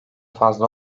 fazla